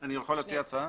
אני יכול להציע הצעה.